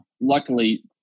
Luckily